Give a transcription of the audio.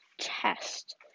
test